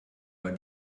war